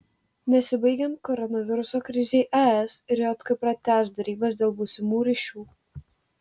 nesibaigiant koronaviruso krizei es ir jk pratęs derybas dėl būsimų ryšių